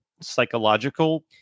Psychological